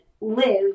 live